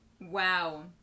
Wow